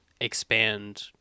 expand